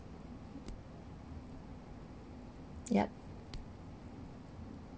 yup